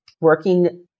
working